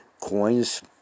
coins